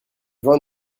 vin